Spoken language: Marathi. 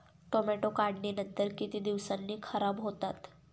टोमॅटो काढणीनंतर किती दिवसांनी खराब होतात?